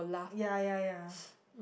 ya ya ya